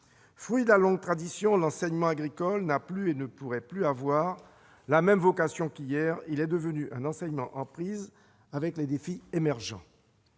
Fruit d'une longue tradition, l'enseignement agricole n'a plus et ne pourrait plus avoir la même vocation qu'hier : il est devenu un enseignement en prise avec les défis émergents.